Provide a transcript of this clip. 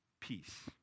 peace